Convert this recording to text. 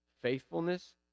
faithfulness